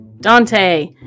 Dante